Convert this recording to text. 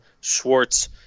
Schwartz